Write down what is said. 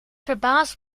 verbaast